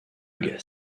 gars